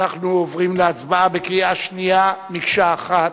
אנחנו עוברים להצבעה בקריאה שנייה מקשה אחת,